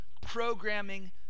programming